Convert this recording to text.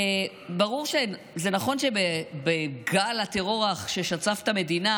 ברור שזה נכון שבגל הטרור ששטף את המדינה